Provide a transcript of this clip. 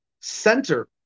Center